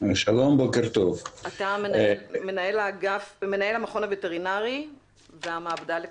אתה מנהל המכון הווטרינרי במעבדה לכלבת.